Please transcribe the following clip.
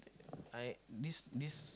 I this this